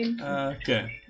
Okay